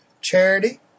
charity